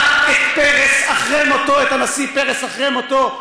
גינה את פרס אחרי מותו, את הנשיא פרס, אחרי מותו.